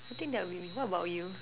I think that will be me what about you